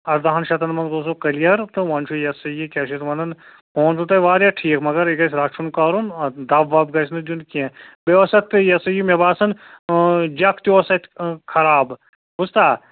ارداہن شتن منٛز گوٚو سُہ کٔلِیر تہٕ وۄںۍ چھُ یہِ سَہ یہِ کیٛاہ چھِ اتھ وَنن فون چھُو تُہۍ وارِیاہ ٹھیٖک مگر یہِ گژھِ رچھُن کَرُن دب وب گژھنہٕ دیُن کیٚنٛہہ بیٚیہِ اوس اتھ تہٕ یہِ سَہ یہِ مےٚ باسان جک تہِ اوس اتہِ خراب بوٗزتھا